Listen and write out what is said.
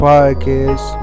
Podcast